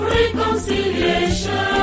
reconciliation